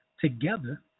together